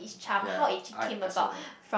ya I I saw that one